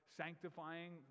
sanctifying